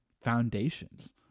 foundations